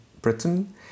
Britain